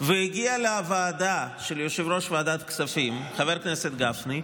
והגיע לוועדה של יושב-ראש ועדת הכספים חבר הכנסת גפני,